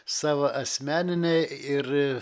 savo asmeninei ir